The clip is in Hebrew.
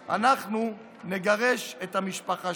המרכיב השני זה לבוא ולגרש את המחבל.